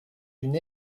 une